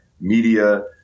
Media